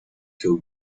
too